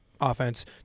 offense